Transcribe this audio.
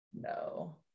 No